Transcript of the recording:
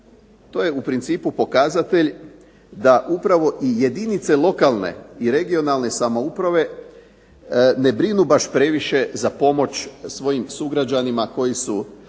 To je u principu pokazatelj da upravo i jedinice lokalne i regionalne samouprave ne brinu baš previše za pomoć svojim sugrađanima koji su